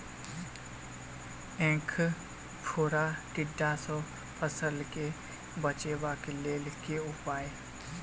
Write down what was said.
ऐंख फोड़ा टिड्डा सँ फसल केँ बचेबाक लेल केँ उपाय?